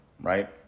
right